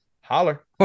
holler